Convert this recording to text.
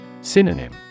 Synonym